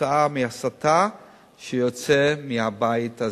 תוצאה מהסתה שיוצאת מהבית הזה.